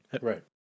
Right